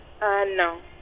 no